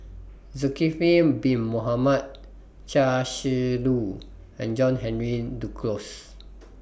Zulkifli Bin Mohamed Chia Shi Lu and John Henry Duclos